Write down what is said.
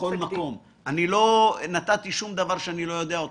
בכל מקום, לא נתתי שום דבר שאני לא יודע אותו.